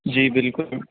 جی بالکل